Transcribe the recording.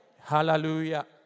Hallelujah